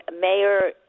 Mayor